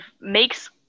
makes